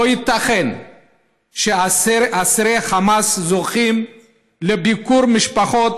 לא ייתכן שאסירי חמאס זוכים לביקור משפחות